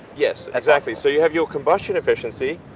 yes, exactly, so you have your combustion efficiency,